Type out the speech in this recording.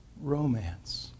romance